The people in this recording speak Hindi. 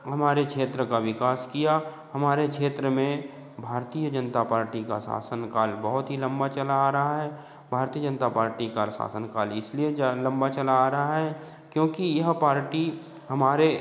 हमारे क्षेत्र का विकास किया हमारे क्षेत्र में भारतीय जनता पार्टी का शासन काल बहुत ही लम्बा चला आ रहा है भारतीय जनता पार्टी का शासनकाल इसलिए जा लम्बा चला आ रहा है क्योंकि यह पार्टी हमारे